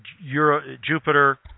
Jupiter